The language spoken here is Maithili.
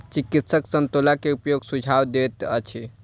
चिकित्सक संतोला के उपयोगक सुझाव दैत अछि